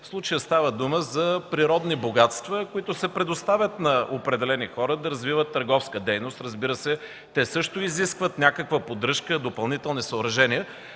В случая става дума за природни богатства, които се предоставят на определени хора да развиват търговска дейност. Разбира се, те също изискват някаква поддръжка, допълнителни съоръжения.